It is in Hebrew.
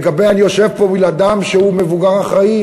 אני יושב פה מול אדם שהוא מבוגר אחראי,